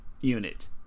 unit